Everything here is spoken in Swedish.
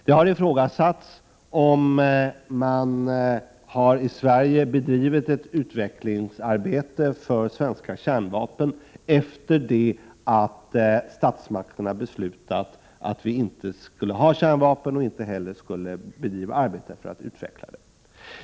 Det har ifrågasatts om man i Sverige har bedrivit ett utvecklingsarbete för svenska kärnvapen efter det att statsmakterna beslutat att vi inte skulle ha kärnvapen och inte heller bedriva arbete för att utveckla det.